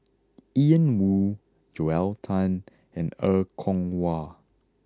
Ian Woo Joel Tan and Er Kwong Wah